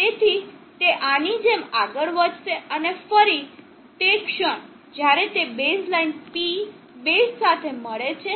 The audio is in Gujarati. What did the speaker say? તેથી તે આની જેમ આગળ વધશે અને ફરી તે ક્ષણ જ્યારે તે બેઝ લાઇન P બેઝ સાથે મળે છે